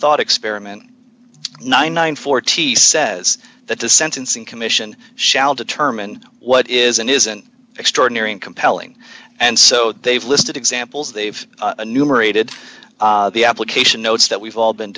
thought experiment nine hundred and forty says that the sentencing commission shall determine what is and isn't extraordinary and compelling and so they've listed examples they've numerated the application notes that we've all been